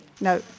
No